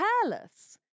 careless